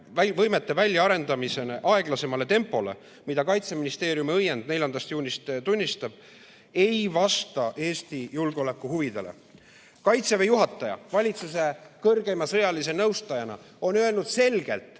väljaarendamisel üle aeglasemale tempole, mida Kaitseministeeriumi õiend 4. juunist tunnistab, ei vasta Eesti julgeolekuhuvidele. Kaitseväe juhataja valitsuse kõrgeima sõjalise nõustajana on öelnud selgelt